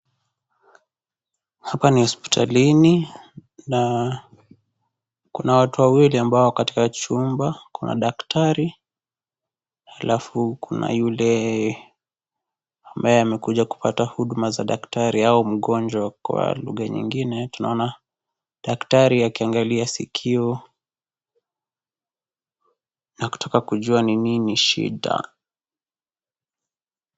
Hapa ni hospitalini, na kuna watu wawili ambao wako katika chumba, kuna daktari alafu kuna yule ambaye amekuja kupata huduma za daktari au mgonjwa kwa lugha nyingine. Tunaona daktari akiangalia sikio na kutaka kujua ni nini shida.